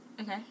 Okay